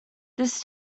this